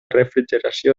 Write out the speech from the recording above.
refrigeració